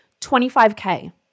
25K